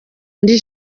muri